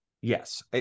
Yes